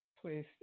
please